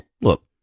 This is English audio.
Look